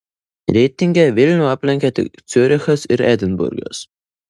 reitinge vilnių aplenkė tik ciurichas ir edinburgas